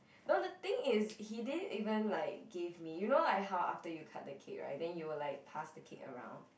no the thing is he didn't even like give me you know like how after you cut the cake right then you will like pass the cake around